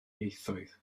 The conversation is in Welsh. ieithoedd